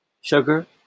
sugar